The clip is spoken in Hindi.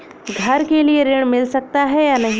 घर के लिए ऋण मिल सकता है या नहीं?